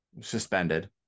suspended